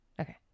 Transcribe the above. Okay